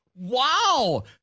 Wow